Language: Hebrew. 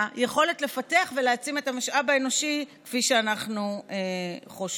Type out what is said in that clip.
יכולת לפתח ולהעצים את המשאב האנושי כפי שאנחנו חושבים.